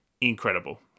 incredible